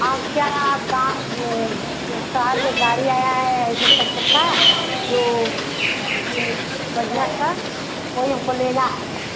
आप क्या आप गाँव में शहर में गाड़ी आया है ऐसे चार चक्का जो कि बढ़ियां सा वही हमको लेना है